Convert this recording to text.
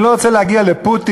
ואני לא רוצה להגיע לפוטין,